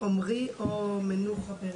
עומרי ברנפלד,